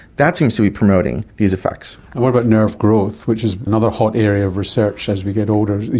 that seems to be promoting these effects. and what about nerve growth, which is another hot area of research as we get older.